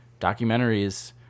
documentaries